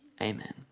Amen